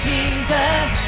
Jesus